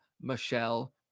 Michelle